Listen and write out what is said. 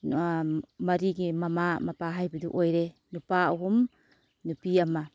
ꯃꯔꯤꯒꯤ ꯃꯃꯥ ꯃꯄꯥ ꯍꯥꯏꯕꯗꯨ ꯑꯣꯏꯔꯦ ꯅꯨꯄꯥ ꯑꯍꯨꯝ ꯅꯨꯄꯤ ꯑꯃ